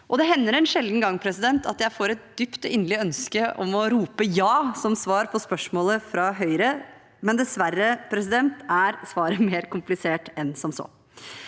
Det hender en sjelden gang at jeg får et dypt og inderlig ønske om å rope ja som svar på spørsmålet fra Høyre, men dessverre er svaret mer komplisert enn som så.